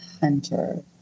hunter